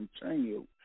continue